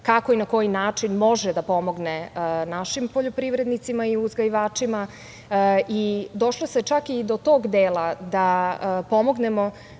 kako i na koji način može da pomogne našim poljoprivrednicima i uzgajivačima. Došlo se čak i do tog dela da pomognemo